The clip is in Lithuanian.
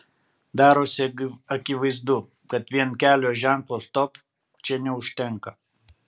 darosi akivaizdu kad vien kelio ženklo stop čia neužtenka